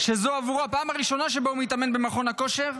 שזו עבורו הפעם הראשונה שבה הוא מתאמן במכון כושר,